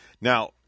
Now